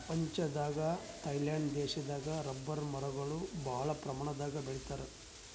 ಪ್ರಪಂಚದಾಗೆ ಥೈಲ್ಯಾಂಡ್ ದೇಶದಾಗ್ ರಬ್ಬರ್ ಮರಗೊಳ್ ಭಾಳ್ ಪ್ರಮಾಣದಾಗ್ ಬೆಳಿತಾರ್